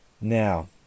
Now